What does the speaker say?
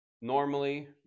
normally